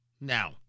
Now